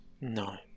No